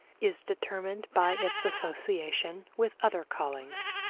is determined by its association with other callings.